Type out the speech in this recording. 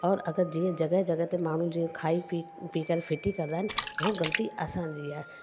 और जीअं जॻह जॻह ते माण्हू जे खाई पी पी करे फिटी कंदा आहिनि उहो ग़लती असांजी आहे